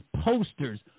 posters